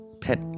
pet